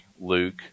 Luke